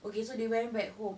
okay so they went back home